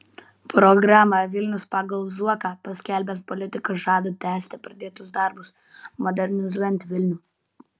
programą vilnius pagal zuoką paskelbęs politikas žada tęsti pradėtus darbus modernizuojant vilnių